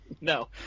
No